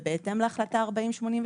ובהתאם להחלטה 4088,